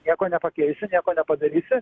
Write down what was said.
nieko nepakeisi nieko nepadarysi